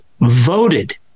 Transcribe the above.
voted